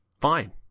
Fine